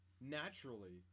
naturally